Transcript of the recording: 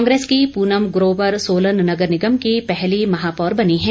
कांग्रेस की पूनम ग्रोवर सोलन नगर निगम की पहली महापौर बनी है